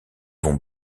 vont